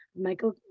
Michael